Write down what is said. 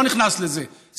לא נכנס לזה,